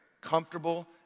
comfortable